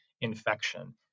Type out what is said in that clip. infection